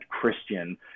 Christian